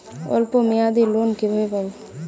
অল্প মেয়াদি লোন কিভাবে পাব?